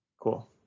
cool